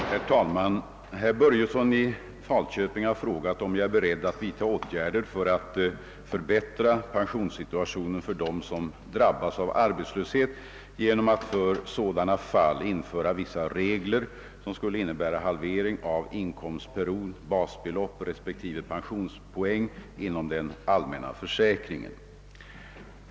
Herr talman! Herr Börjesson i Falköping har frågat, om jag är beredd att vidta åtgärder för att förbättra pen sionssituationen för dem som drabbas av arbetslöshet genom att för sådana fall införa vissa regler som skulle innebära halvering av inkomstperiod, basbelopp respektive pensionspoäng inom den allmänna försäkringen.